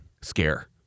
scare